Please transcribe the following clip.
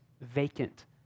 vacant